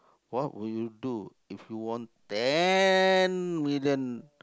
what would you do if you won ten million